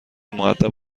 مودب